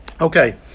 Okay